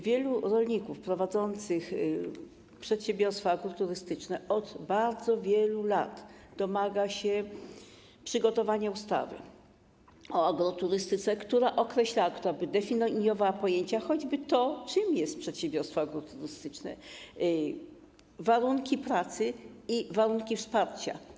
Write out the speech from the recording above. Wielu rolników prowadzących przedsiębiorstwa agroturystyczne od bardzo wielu lat domaga się przygotowania ustawy o agroturystyce, która określałaby, definiowałaby pojęcia, choćby to, czym jest przedsiębiorstwo agroturystyczne, warunki pracy i warunki wsparcia.